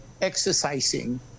exercising